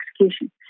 execution